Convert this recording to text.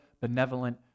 benevolent